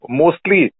mostly